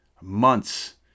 months